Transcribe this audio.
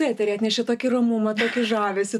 eterį atnešė tokį ramumą tokį žavesį